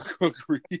Agreed